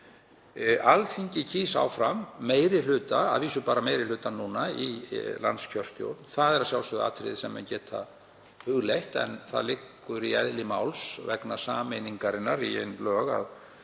Alþingi kýs áfram meiri hluta, að vísu bara meiri hlutann núna í landskjörstjórn. Það er að sjálfsögðu atriði sem menn geta hugleitt en það liggur í eðli máls vegna sameiningarinnar í ein lög að